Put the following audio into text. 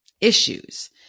issues